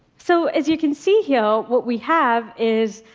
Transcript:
so as you can see here, what we have is,